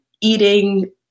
eating